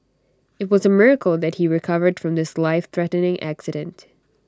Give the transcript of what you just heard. IT was A miracle that he recovered from this lifethreatening accident